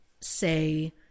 say